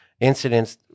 incidents